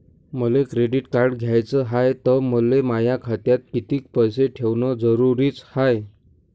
मले credit card घ्याचं हाय, त मले माया खात्यात कितीक पैसे ठेवणं जरुरीच हाय?